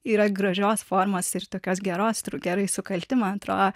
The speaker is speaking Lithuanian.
yra gražios formos ir tokios geros gerai sukalti man atrodo